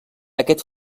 aquest